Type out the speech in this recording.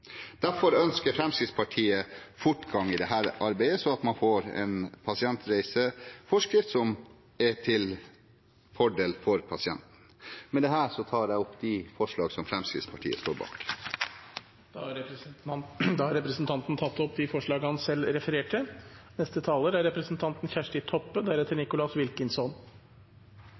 Derfor ønsker Fremskrittspartiet fortgang i dette arbeidet, slik at man får en pasientreiseforskrift som er til fordel for pasienten. Med dette tar jeg opp det forslaget som Fremskrittspartiet står bak. Representanten Bengt Rune Strifeldt har tatt opp det forslaget han refererte